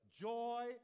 joy